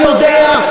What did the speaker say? אתה יודע,